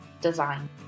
design